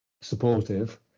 supportive